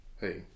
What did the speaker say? hey